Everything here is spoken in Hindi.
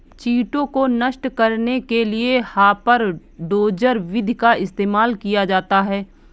कीटों को नष्ट करने के लिए हापर डोजर विधि का इस्तेमाल किया जाता है